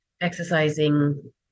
exercising